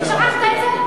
שכחת את זה?